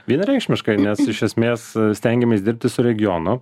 vienareikšmiškai nes iš esmės stengiamės dirbti su regionu